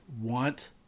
want